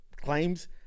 claims